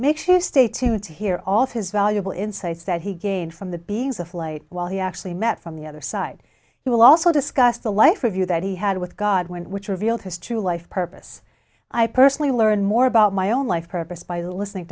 sure you stay tuned to hear all of his valuable insights that he gained from the beings of light while he actually met from the other side he will also discuss the life review that he had with god when which revealed his true life purpose i personally learned more about my own life purpose by listening